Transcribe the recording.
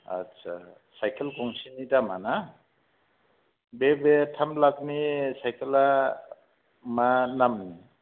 आदसा साइखेल गंसेनि दामा ना बे बे थाम लाखनि साइखेला मा नाम